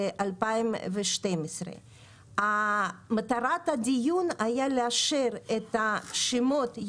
2012. מטרת הדיון הייתה לאשר את שמות,